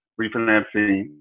refinancing